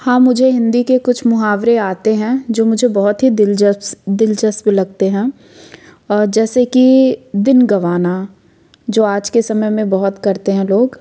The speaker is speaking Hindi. हाँ मुझे हिंदी के कुछ मुहावरे आते हैं जो मुझे बहुत ही दिलचस्प लगते हैं जैसे कि दिन गँवाना जो आज के समय में बहुत करते हैं लोग